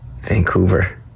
Vancouver